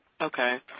Okay